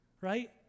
right